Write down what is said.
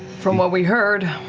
from what we heard,